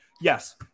Yes